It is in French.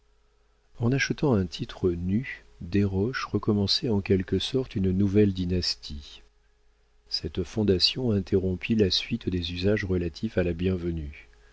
en achetant un titre nu desroches recommençait en quelque sorte une nouvelle dynastie cette fondation interrompit la suite des usages relatifs à la bienvenue